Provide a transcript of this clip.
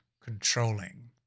controlling